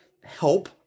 help